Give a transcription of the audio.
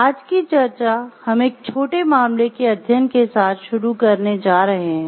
आज की चर्चा हम एक छोटे मामले के अध्ययन के साथ शुरू करने जा रहे हैं